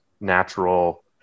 natural